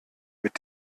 mit